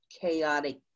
chaotic